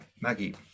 maggie